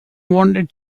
wanted